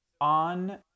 on